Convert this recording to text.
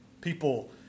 people